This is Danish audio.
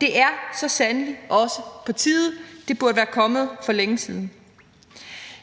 Det er så sandelig også på tide. Det burde være kommet for længe siden.